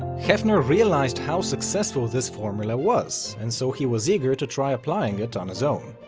hefner realized how successful this formula was, and so he was eager to try applying it on his own.